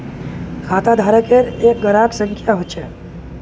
खाताधारकेर एक ग्राहक संख्या ह छ